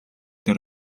дээр